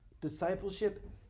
Discipleship